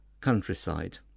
countryside